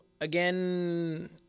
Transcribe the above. Again